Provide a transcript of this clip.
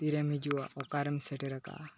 ᱛᱤᱨᱮᱢ ᱦᱤᱡᱩᱜᱼᱟ ᱚᱠᱟᱨᱮᱢ ᱥᱮᱴᱮᱨᱟᱠᱟᱜᱼᱟ